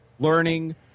learning